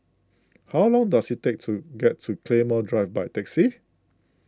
how long does it take to get to Claymore Drive by taxi